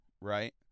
right